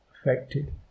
affected